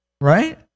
right